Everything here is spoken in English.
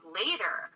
later